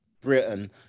britain